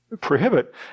prohibit